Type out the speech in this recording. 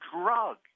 drug